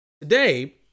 today